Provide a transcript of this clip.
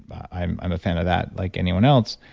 i'm i'm a fan of that, like anyone else.